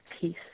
peace